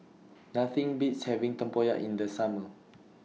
Nothing Beats having Tempoyak in The Summer